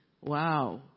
wow